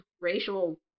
racial